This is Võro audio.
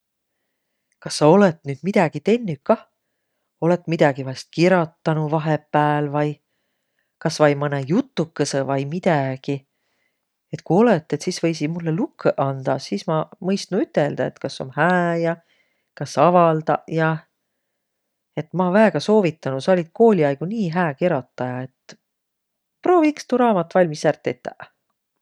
Kas sa olõt nüüd midägi tennüq kah? Olõt midägi vaest kirotanuq vahepääl vai? Kasvai mõnõ jutukõsõ vai midägi? Et ku olõt, sis võisiq mullõ lukõq andaq, Sis ma mõistnuq üteldäq, et kas om hää ja kas avaldaq ja. Ja et ma väega soovitanuq, sa ollit kooli aigo nii hää kirotaja. Et prooviq iks tuu rammat valmis ärq tetäq!